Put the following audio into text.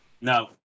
No